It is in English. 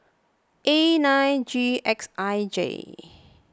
A nine G X I J